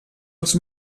els